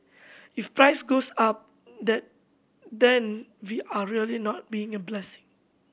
if price goes up the then we are really not being a blessing